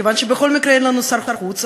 מכיוון שבכל מקרה אין לנו שר חוץ,